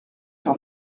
sur